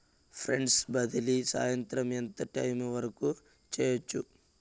funds బదిలీ సాయంత్రం ఎంత టైము వరకు చేయొచ్చు